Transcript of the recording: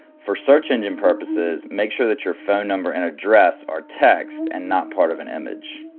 for search engine purposes make sure that your phone number and address are text and not part of an image.